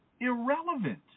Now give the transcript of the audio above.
irrelevant